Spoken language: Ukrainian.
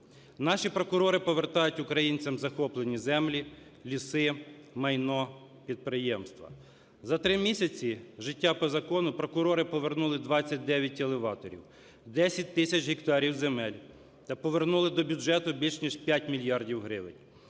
Наші прокурори повертають українцям захоплені землі, ліси, майно, підприємства. За 3 місяці життя по закону прокурори повернули 29 елеваторів, 10 тисяч гектарів земель та повернули до бюджету більш ніж п'ять мільярдів гривень.